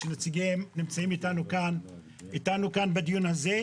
נציגיהם נמצאים איתנו כאן בדיון הזה,